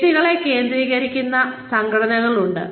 വ്യക്തികളെ കേന്ദ്രീകരിക്കുന്ന സംഘടനകളുണ്ട്